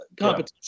competition